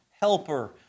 helper